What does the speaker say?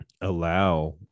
allow